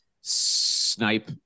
snipe